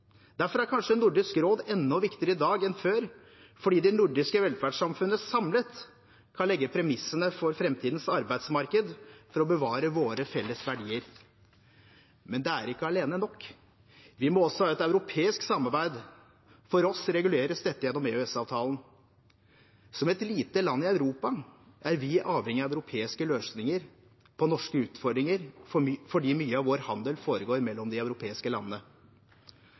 Derfor er kanskje Nordisk råd enda viktigere i dag enn før fordi det nordiske velferdssamfunnet samlet skal legge premissene for framtidens arbeidsmarked for å bevare våre felles verdier. Men det alene er ikke nok, vi må også ha et europeisk samarbeid. For oss reguleres dette gjennom EØS-avtalen. Som et lite land i Europa er vi avhengig av europeiske løsninger på norske utfordringer fordi mye av vår handel foregår mellom de europeiske landene.